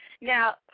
Now